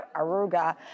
aruga